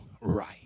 right